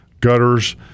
gutters